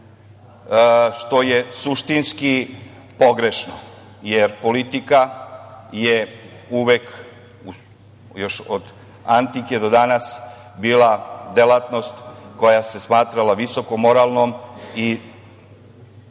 što je suštinski pogrešno, jer politika je uvek još od antike do danas bila delatnost koja se smatrala visokomoralnom i